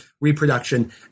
reproduction